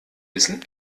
wissen